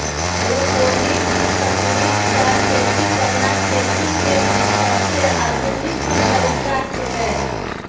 aeroponics तकनीक सॅ खेती करना खेती के सबसॅ आधुनिक तरीका छेकै